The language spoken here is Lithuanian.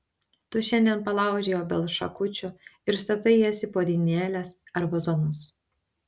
tu šiandien palaužei obels šakučių ir statai jas į puodynėles ar vazonus